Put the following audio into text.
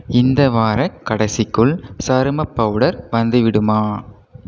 இந்த வாரக் கடைசிக்குள் சருமப் பவுடர் வந்துவிடுமா